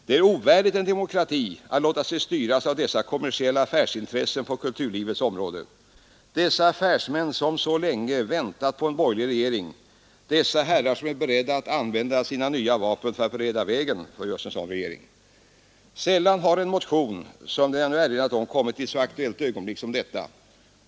Det är ovärdigt en demokrati att låta sig styras av dessa kommersiella affärsintressen på kulturlivets område, av dessa affärsmän som så länge har väntat på en borgerlig regering och som är beredda att använda sina nya vapen för att bereda vägen för just en sådan regering. Sällan har en motion som den jag nu erinrat om kommit i ett så aktuellt ögonblick som detta.